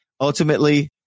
Ultimately